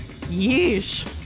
yeesh